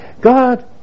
God